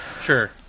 Sure